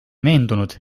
veendunud